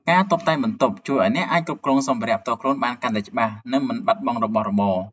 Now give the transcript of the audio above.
ការតុបតែងបន្ទប់ជួយឱ្យអ្នកអាចគ្រប់គ្រងសម្ភារៈផ្ទាល់ខ្លួនបានកាន់តែច្បាស់ និងមិនបាត់បង់របស់របរ។